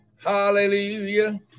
Hallelujah